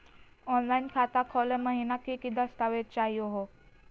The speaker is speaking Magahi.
ऑनलाइन खाता खोलै महिना की की दस्तावेज चाहीयो हो?